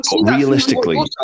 realistically